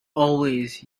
always